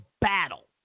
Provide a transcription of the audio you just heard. battle